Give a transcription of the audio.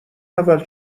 اول